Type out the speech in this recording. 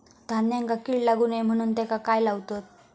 धान्यांका कीड लागू नये म्हणून त्याका काय लावतत?